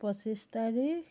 পঁচিছ তাৰিখ